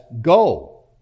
go